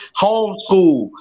homeschool